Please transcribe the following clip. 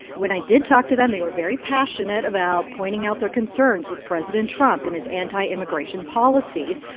when i did talk to them, they were very passionate about pointing out their concerns with president trump and his anti-immigration policies.